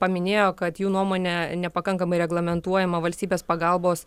paminėjo kad jų nuomone nepakankamai reglamentuojama valstybės pagalbos